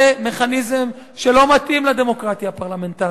זה מכניזם שלא מתאים לדמוקרטיה הפרלמנטרית.